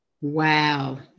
Wow